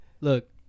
Look